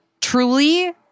truly